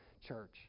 church